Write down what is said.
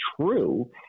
true